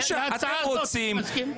להצעה הזאת אני מסכים.